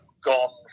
gone